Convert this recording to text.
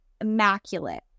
immaculate